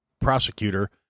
prosecutor